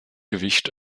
gewicht